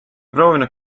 proovinud